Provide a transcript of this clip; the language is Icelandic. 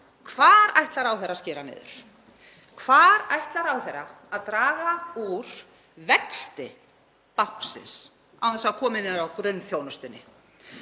Hvar ætlar ráðherra að skera niður? Hvar ætlar ráðherra að draga úr vexti báknsins án þess að það komi niður á grunnþjónustunni?